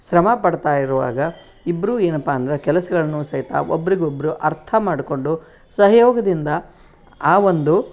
ಶ್ರಮ ಪಡ್ತಾಯಿರುವಾಗ ಇಬ್ಬರೂ ಏನಪ್ಪಾ ಅಂದ್ರೆ ಕೆಲಸಗಳನ್ನೂ ಸಹಿತ ಒಬ್ಬರಿಗೊಗೊಬ್ರು ಅರ್ಥ ಮಾಡಿಕೊಂಡು ಸಹಯೋಗದಿಂದ ಆ ಒಂದು